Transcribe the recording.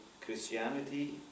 Christianity